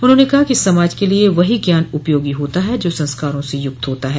उन्होंने कहा कि समाज के लिए वहीं ज्ञान उपयोगी होता है जो संस्कारों से युक्त होता है